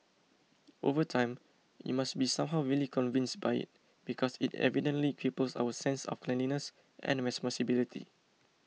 over time we must be somehow really convinced by it because it evidently cripples our sense of cleanliness and responsibility